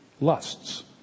lusts